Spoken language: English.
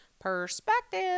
Perspective